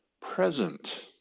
present